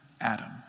Adam